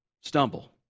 stumble